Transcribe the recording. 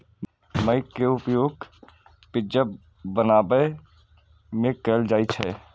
मकइ के उपयोग पिज्जा बनाबै मे कैल जाइ छै